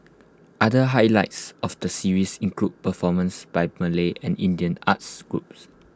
other highlights of the series include performances by Malay and Indian arts groups